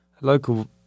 local